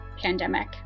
pandemic